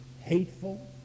hateful